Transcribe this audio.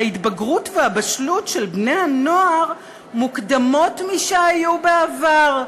ההתבגרות והבשלות של בני-הנוער מוקדמות משהיו בעבר.